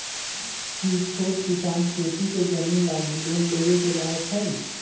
कि छोट किसान खेती के जमीन लागी लोन लेवे के लायक हई?